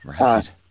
Right